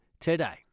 today